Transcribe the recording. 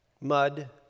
mud